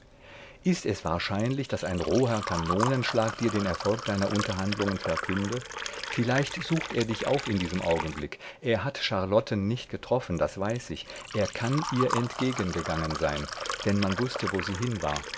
ist es wahrscheinlich daß ein roher kanonenschlag dir den erfolg seiner unterhandlungen verkünde vielleicht sucht er dich auf in diesem augenblick er hat charlotten nicht getroffen das weiß ich er kann ihr entgegengegangen sein denn man wußte wo sie hin war